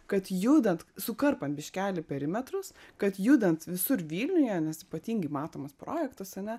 kad judant sukarpant biškelį perimetrus kad judant visur vilniuje nes ypatingai matomas projektas ane